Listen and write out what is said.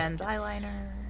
eyeliner